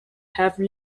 have